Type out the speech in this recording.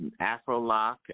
AfroLock